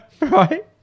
right